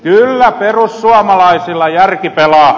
kyllä perussuomalaisilla järki pelaa